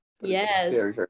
yes